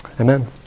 Amen